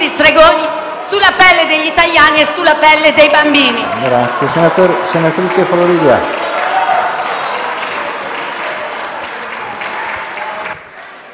stregoni sulla pelle degli italiani e dei bambini.